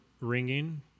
ringing